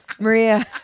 Maria